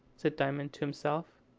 said diamond to himself,